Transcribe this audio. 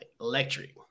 electric